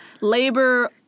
Labor